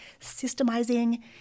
systemizing